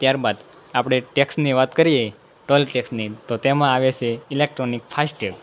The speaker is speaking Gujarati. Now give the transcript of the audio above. ત્યાર બાદ આપણે ટેક્સની વાત કરીએ ટોલ ટેક્સની તો તેમાં આવે સે ઇલેક્ટ્રોનિક ફાસ્ટેગ